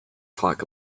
talk